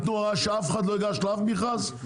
שאף אחד לא ייגש לאף מכרז?